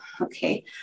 okay